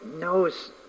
knows